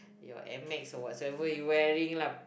your Amex or whatsoever you wearing lah